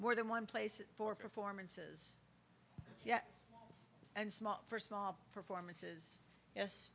more than one place for performances and small for small performances yes